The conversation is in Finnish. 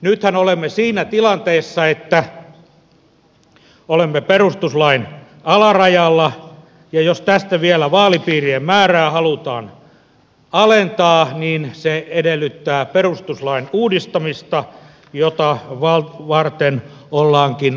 nythän olemme siinä tilanteessa että olemme perustuslain alarajalla ja jos tästä vielä vaalipiirien määrää halutaan alentaa niin se edellyttää perustuslain uudistamista jota varten ollaankin asettamassa työryhmää